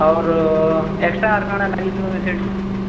ଅର extra ସେହିଠୁ